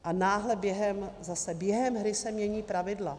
A náhle během... zase během hry se mění pravidla.